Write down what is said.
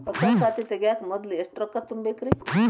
ಹೊಸಾ ಖಾತೆ ತಗ್ಯಾಕ ಮೊದ್ಲ ಎಷ್ಟ ರೊಕ್ಕಾ ತುಂಬೇಕ್ರಿ?